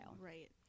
right